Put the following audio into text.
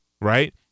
Right